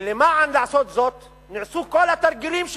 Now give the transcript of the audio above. וכדי לעשות זאת נעשו כל התרגילים שבעולם.